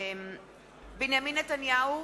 בנימין נתניהו,